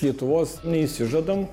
lietuvos neišsižadam